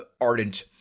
ardent